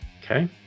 Okay